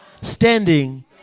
standing